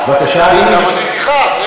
ומצליחה, מצליחה.